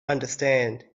understand